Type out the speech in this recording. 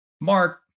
Mark